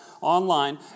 online